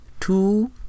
two